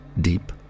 deep